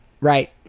Right